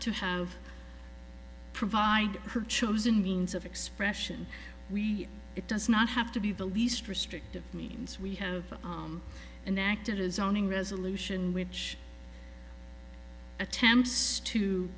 to have provide her chosen means of expression we it does not have to be the least restrictive means we have and acted as zoning resolution which attempts to